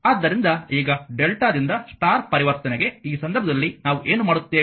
ಆದ್ದರಿಂದ ಈಗ ಡೆಲ್ಟಾದಿಂದ ಸ್ಟಾರ್ ಪರಿವರ್ತನೆಗೆ ಈ ಸಂದರ್ಭದಲ್ಲಿ ನಾವು ಏನು ಮಾಡುತ್ತೇವೆ